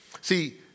See